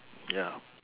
ya